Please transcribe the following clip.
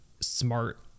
smart